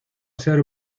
ser